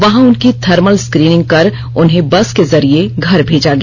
वहां उनकी thermal screening कर उन्हें बस के जरिये घर भेजा गया